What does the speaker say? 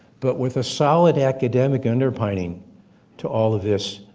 but with a solid academic underpinning to all of this,